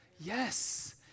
Yes